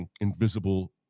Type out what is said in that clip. invisible